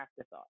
afterthought